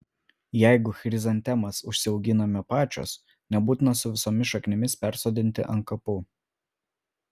jeigu chrizantemas užsiauginame pačios nebūtina su visomis šaknimis persodinti ant kapų